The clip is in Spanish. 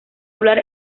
hablar